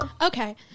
Okay